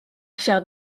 faire